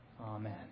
Amen